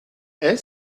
est